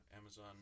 Amazon